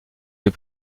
les